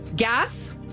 Gas